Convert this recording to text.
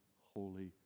holy